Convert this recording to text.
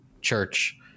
church